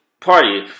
party